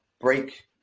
break